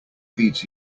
feeds